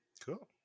cool